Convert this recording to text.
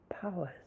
powers